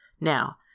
Now